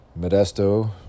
Modesto